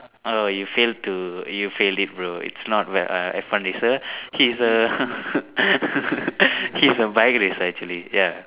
err you failed to you failed it bro it's not uh F one racer he's a he's a bike racer actually ya